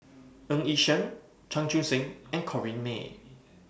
Ng Yi Sheng Chan Chun Sing and Corrinne May